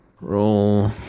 roll